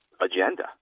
agenda